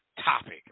topic